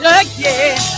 again